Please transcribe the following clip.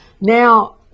Now